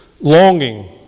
longing